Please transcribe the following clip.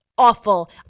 Awful